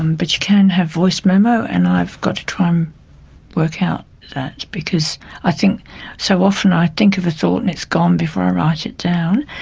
um but you can have voice memo and i've got to try and um work out that because i think so often i think of a thought and it's gone before i write it down.